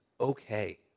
okay